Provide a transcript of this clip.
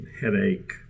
headache